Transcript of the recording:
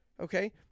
Okay